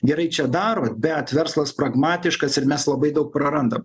gerai čia darot bet verslas pragmatiškas ir mes labai daug prarandam